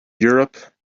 europe